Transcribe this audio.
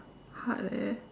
hard leh